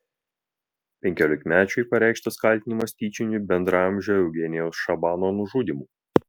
penkiolikmečiui pareikštas kaltinimas tyčiniu bendraamžio eugenijaus šabano nužudymu